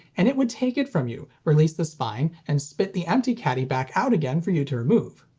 and it would take it from you, release the spine, and spit the empty caddy back out again for you to remove.